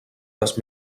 les